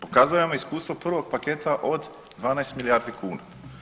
Pokazuje vam iskustvo prvog paketa od 12 milijardi kuna.